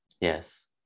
yes